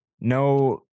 No